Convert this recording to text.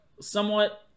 somewhat